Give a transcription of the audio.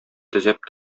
төзәп